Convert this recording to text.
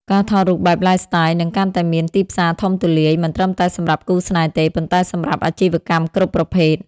ការថតរូបបែប Lifestyle នឹងកាន់តែមានទីផ្សារធំទូលាយ មិនត្រឹមតែសម្រាប់គូស្នេហ៍ទេ ប៉ុន្តែសម្រាប់អាជីវកម្មគ្រប់ប្រភេទ។